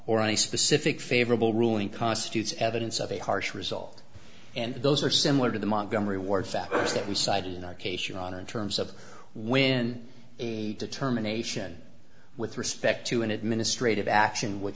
a specific favorable ruling constitutes evidence of a harsh result and those are similar to the montgomery ward factors that we cited in our case your honor in terms of when a determination with respect to an administrative action wh